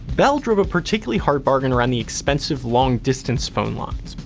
bell drove a particularly hard bargain around the expensive long distance phone lines.